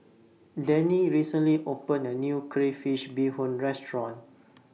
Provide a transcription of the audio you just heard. Denny recently opened A New Crayfish Beehoon Restaurant